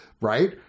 right